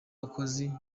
bakozi